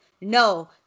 no